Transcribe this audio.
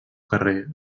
carrer